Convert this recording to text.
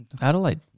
Adelaide